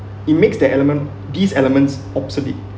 it makes the element these elements obsolete